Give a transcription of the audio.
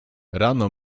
rano